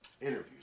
interviews